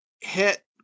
hit